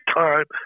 time